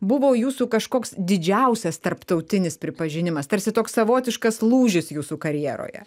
buvo jūsų kažkoks didžiausias tarptautinis pripažinimas tarsi toks savotiškas lūžis jūsų karjeroje